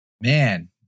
Man